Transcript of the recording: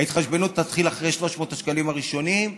ההתחשבנות תתחיל אחרי 300 השקלים הראשונים.